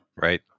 Right